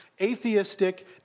atheistic